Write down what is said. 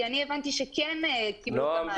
כי אני הבנתי שהם כן קיבלו את המענק.